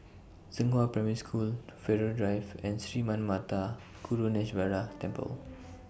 Zhenghua Primary School Farrer Drive and Sri Manmatha Karuneshvarar Temple